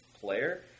player